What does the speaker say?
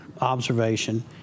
observation